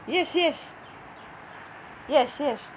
yes yes yes yes